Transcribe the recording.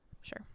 Sure